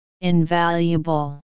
Invaluable